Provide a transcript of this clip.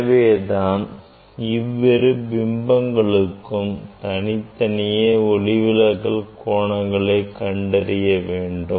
எனவே நான் இவ்விரு பிம்பங்களுக்கும் தனித்தனியே ஒளிவிலகல் கோணங்களை கண்டறிய வேண்டும்